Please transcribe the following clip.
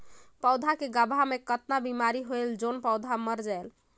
पौधा के गाभा मै कतना बिमारी होयल जोन पौधा मर जायेल?